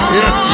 yes